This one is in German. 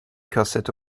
kassette